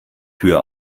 tür